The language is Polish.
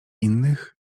innych